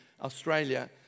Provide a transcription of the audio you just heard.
Australia